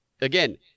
again